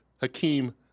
Hakeem